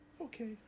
Okay